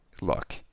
look